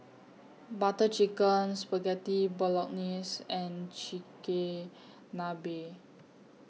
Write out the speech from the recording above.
Butter Chicken Spaghetti Bolognese and Chigenabe